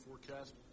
forecast